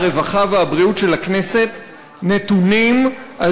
הרווחה והבריאות של הכנסת נתונים על